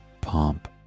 pomp